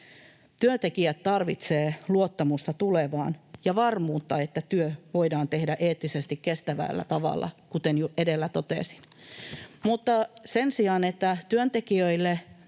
Työntekijät tarvitsevat luottamusta tulevaan ja varmuutta, että työ voidaan tehdä eettisesti kestävällä tavalla, kuten jo edellä totesin. Mutta sen lisäksi, että työntekijöillä